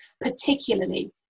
particularly